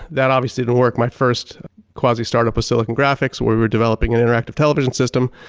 that obviously didn't work, my first quasi startup with silicon graphics where we're developing an interactive television system,